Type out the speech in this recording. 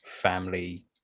family